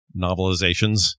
novelizations